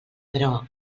però